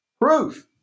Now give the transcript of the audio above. Proof